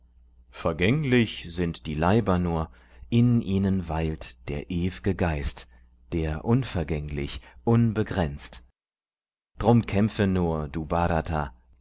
vergänglich sind die leiber nur in ihnen weilt der ew'ge geist der unvergänglich unbegrenzt drum kämpfe nur du